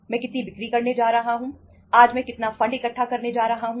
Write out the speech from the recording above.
मैं कितनी बिक्री करने जा रहा हूं